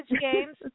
games